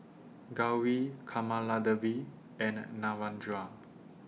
Gauri Kamaladevi and Narendra